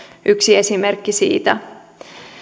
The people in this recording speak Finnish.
yksi esimerkki siitä